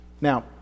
Now